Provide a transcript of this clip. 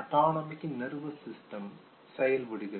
autonomic nervous system செயல்படுகிறது